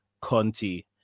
Conti